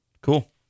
Cool